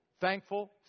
thankful